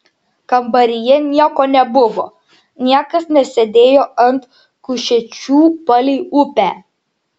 kambaryje nieko nebuvo niekas nesėdėjo ant kušečių palei upę